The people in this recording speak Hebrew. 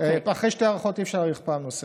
אחרי שתי הארכות אי-אפשר להאריך פעם נוספת.